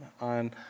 on